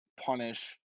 punish